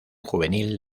juvenil